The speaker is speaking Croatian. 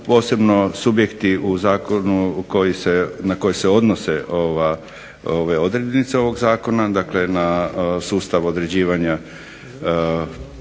posebno subjekti u zakonu koji se, na koje se odnose ova, ove odrednice ovog zakona, dakle na sustavu određivanja